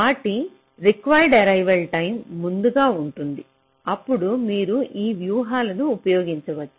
వాటికి required arrival time ముందుగా ఉంటుంది అప్పుడు మీరు ఈ వ్యూహాలను ఉపయోగించవచ్చు